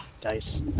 dice